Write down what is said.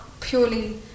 purely